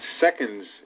seconds